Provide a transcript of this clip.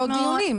יהיו עוד דיונים.